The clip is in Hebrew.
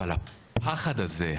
אבל הפחד הזה,